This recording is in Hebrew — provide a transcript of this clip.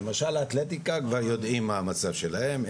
למשל האתלטיקה כבר יודעים מה המצב שלהם,